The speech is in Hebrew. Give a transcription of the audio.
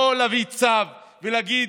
לא להביא צו ולהגיד: